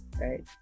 right